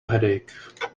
headache